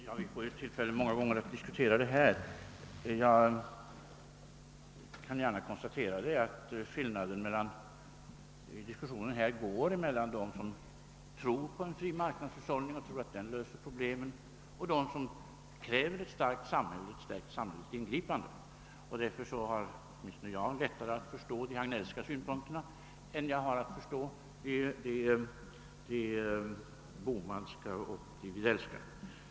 Herr talman! Vi kommer ju att få tillfälle att diskutera detta många gånger. Jag vill konstatera att skiljelinjen i denna fråga går mellan dem som tror på en fri marknadshushållning och dess förmåga att lösa problemen och dem som kräver ett starkt samhälle och ett stärkt samhällsinflytande. Jag har därför lättare att förstå de Hagnellska synpunkterna än de Bohmanska och Wedénska.